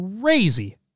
crazy